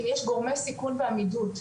אם יש גורמי סיכון בעמידות,